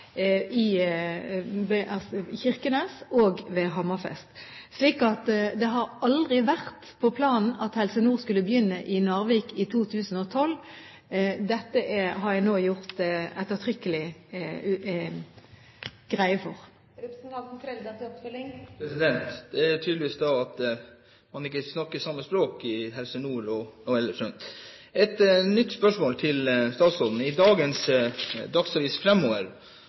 Kirkenes og i Hammerfest. Det har aldri vært på planen at Helse Nord skulle begynne i Narvik i 2012. Dette har jeg nå gjort ettertrykkelig greie for. Det er tydelig at man ikke snakker samme språk i Helse Nord som ellers rundt om. Et nytt spørsmål til statsråden: I dagens utgave av Fremover